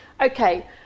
Okay